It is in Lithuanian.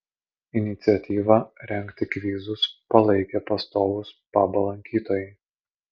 iniciatyvą rengti kvizus palaikė pastovūs pabo lankytojai